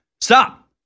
Stop